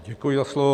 Děkuji za slovo.